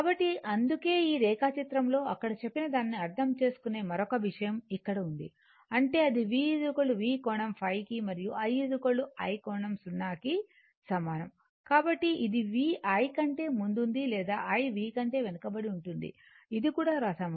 కాబట్టి అందుకే ఈ రేఖాచిత్రంలో అక్కడ చెప్పిన దానిని అర్ధం చేసుకునే మరొక విషయం ఇక్కడ ఉంది అంటే అది v V కోణం ϕ కి మరియు i i కోణం 0 కి సమానం కాబట్టి ఇది V i కంటే ముందుంది లేదా i V కంటే వెనుకబడి ఉంటుంది ఇది కూడా వ్రాసాము